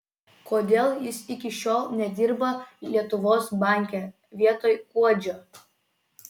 kodėl jis iki šiol nedirba lietuvos banke vietoj kuodžio